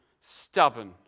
stubborn